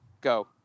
go